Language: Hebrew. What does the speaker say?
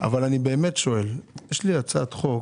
אבל אני באמת שואל, יש לי הצעת חוק